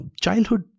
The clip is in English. childhood